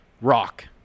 rock